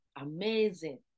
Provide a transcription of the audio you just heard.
amazing